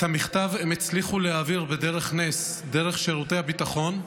את המכתב הם הצליחו להעביר בדרך נס דרך שירותי הביטחון.